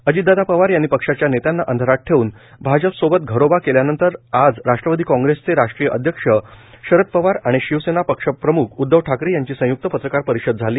अजितदादा पवार यांनी पक्षाच्या नेत्यांना अंधारात ठेवून भाजपसोबत घरोबा केल्यानंतर आज राष्ट्रवादी काँग्रेसचे राष्ट्रीय अध्यक्ष शरद पवार आणि शिवसेना पक्षप्रम्ख उध्दव ठाकरे यांची संय्क्त पत्रकार परिषद झाली